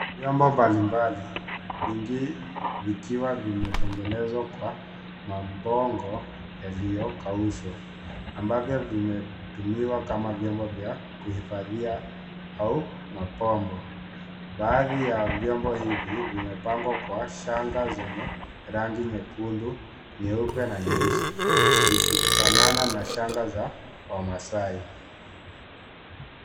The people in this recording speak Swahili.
Vyombo mbalimbali, vingi vikiwa vimetengenezwa kwa udongo yaliyokaushwa, ambavyo vimetumiwa kama vyombo vya kuhifadhia au mapambo. Baadhi ya vyombo hivi vimepambwa kwa shanga zenye rangi nyekundu, nyeupe na nyeusi zikifanana na shanga za wamaasai.